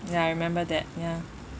ya I remember that ya